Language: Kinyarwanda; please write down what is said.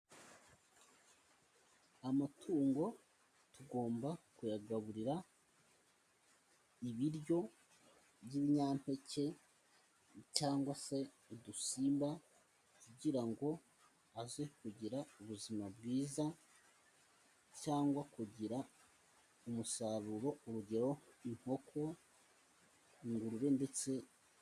Amatungo tugomba kuyagaburira ibiryo by'ibinyampeke cyangwa se udusimba, kugira ngo aze kugira ubuzima bwiza cyangwa kugira umusaruro. Urugero: inkoko, ingurube, ndetse...